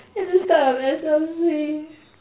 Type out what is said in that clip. at the start of S_L_C